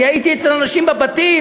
אני הייתי אצל אנשים בבתים.